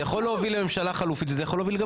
זה יכול להוביל לממשלה חלופית וזה יכול להוביל גם